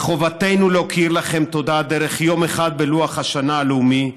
מחובתנו להכיר לכם תודה דרך יום אחד בלוח השנה הלאומי,